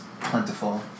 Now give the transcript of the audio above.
plentiful